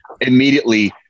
immediately